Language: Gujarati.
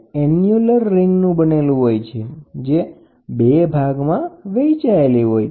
તે એન્યુલર રીંગનું બનેલું હોય છે જે બે ભાગમાં વહેંચાયેલી હોય છે